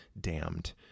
damned